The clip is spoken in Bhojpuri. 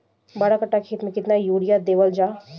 बारह कट्ठा खेत के गेहूं में केतना यूरिया देवल जा?